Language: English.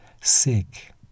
sick